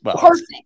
perfect